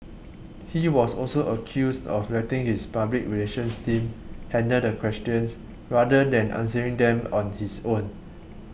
he was also accused of letting his public relations team handle the questions rather than answering them on his own